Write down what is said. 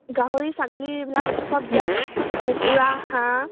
গাহৰি ছাগলী এইবিলাক চব দিয়া যায় কুকুৰা হাঁহ